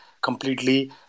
completely